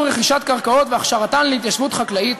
רכישת קרקעות והכשרתן להתיישבות חקלאית.